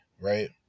right